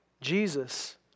Jesus